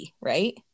right